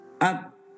up